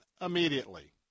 immediately